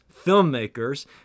filmmakers